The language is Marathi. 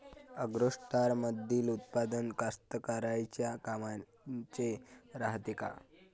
ॲग्रोस्टारमंदील उत्पादन कास्तकाराइच्या कामाचे रायते का?